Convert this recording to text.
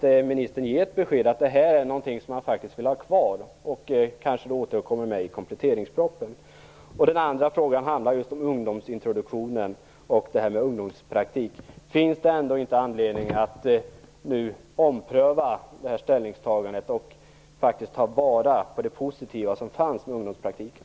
Kan ministern ge ett besked om att detta är någonting som man vill ha kvar och kanske återkommer med i kompletteringspropositionen? Den andra frågan handlade om ungdomsintroduktionen och ungdomspraktiken. Finns det ändå inte anledning att ompröva ställningstagandet och faktiskt ta vara på det positiva som fanns i ungdomspraktiken?